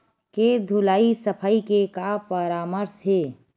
के धुलाई सफाई के का परामर्श हे?